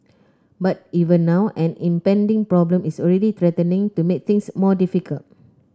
but even now an impending problem is already threatening to make things more difficult